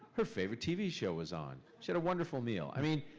her favorite tv show was on. she had a wonderful meal. i mean,